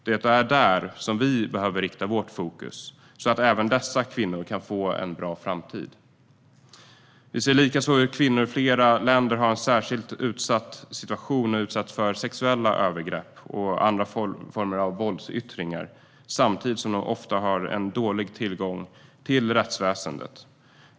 Det är där som vi behöver rikta vårt fokus så att även dessa kvinnor kan få en bra framtid. Likaså har kvinnor i flera länder en särskilt utsatt situation där de utsätts för sexuella övergrepp och andra former av våldsyttringar. Samtidigt har de ofta har dålig tillgång till rättsväsendet.